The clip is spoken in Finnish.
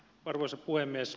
arvoisa puhemies